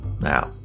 Now